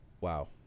wow